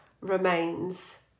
remains